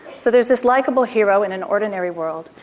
so there is this likable hero in an ordinary world,